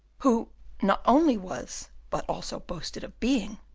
who not only was, but also boasted of being,